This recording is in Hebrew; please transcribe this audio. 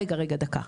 רגע, רגע, דקה.